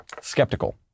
skeptical